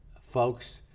folks